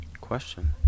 Question